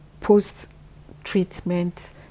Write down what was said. post-treatment